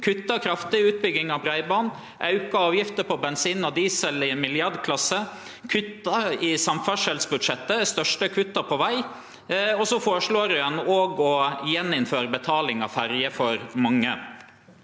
kuttar kraftig i utbygging av breiband, aukar avgiftene på bensin og diesel i milliardklassen og kuttar i sam ferdselsbudsjettet, dei største kutta på veg. Ein føreslår òg å gjeninnføre betaling av ferje for mange.